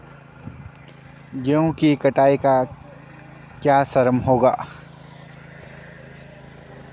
गेहूँ की कटाई का क्या श्रम होगा?